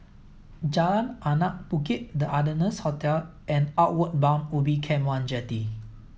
Jalan Anak Bukit the Ardennes Hotel and Outward Bound Ubin Camp One Jetty